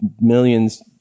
millions